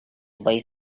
boy